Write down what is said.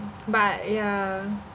but ya